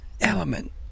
element